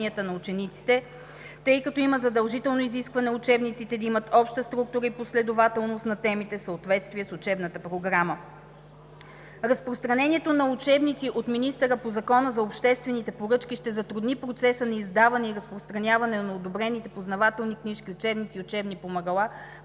знанията и уменията на учениците, тъй като има задължително изискване учебниците да имат обща структура и последователност на темите, в съответствие с учебната програма. Разпространението на учебници от министъра по Закона за обществените поръчки ще затрудни процеса на издаване и разпространяване на одобрените познавателни книжки, учебници и учебни помагала,